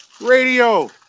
Radio